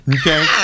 Okay